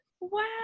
Wow